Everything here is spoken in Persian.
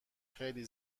خیلی